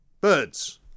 birds